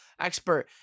Expert